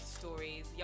stories